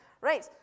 Right